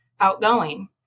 outgoing